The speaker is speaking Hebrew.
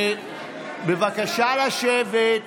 בבקשה לשבת.